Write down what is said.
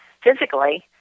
physically